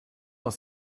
dans